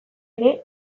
ere